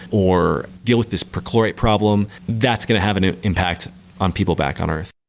or deal with this perchlorate problem. that's going to have an an impact on people back on earth.